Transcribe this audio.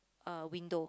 a window